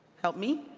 help me?